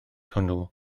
hwnnw